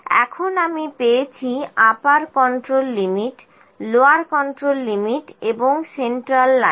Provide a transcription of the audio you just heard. এখন আমি পেয়েছি upper control limit lower control limit এবং সেন্ট্রাল লাইন